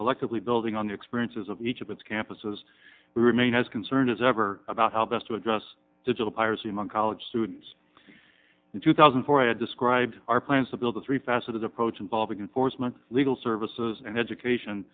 collectively building on the experiences of each of its campuses we remain as concerned as ever about how best to address to the piracy among college students in two thousand and four to describe our plans to build a three faceted approach involving enforcement legal services and education